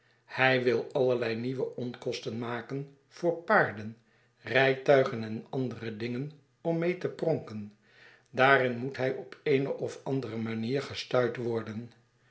hij wil allerlei nieuwe onkosten maken voor paarden rijtuigen en andere dingen om mee te pronken daarin moet hij op eene of andere manier gestuit worden